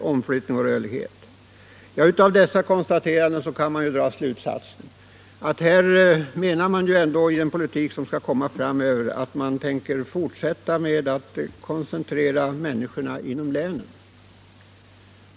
— av sysselsättningen i Av dessa konstateranden kan vi dra slutsatsen att man i regerings — Gävleborgs län politiken framöver tänker fortsätta med att koncentrera människorna inom länen.